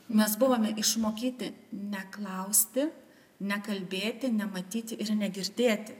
mes buvome išmokyti neklausti nekalbėti nematyti ir negirdėti